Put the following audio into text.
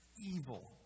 Evil